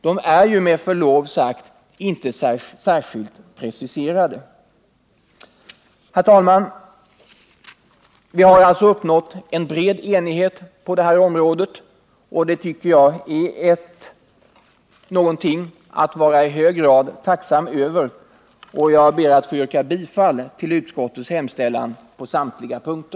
De är, med förlov sagt, inte särskilt preciserade.